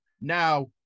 Now